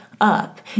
up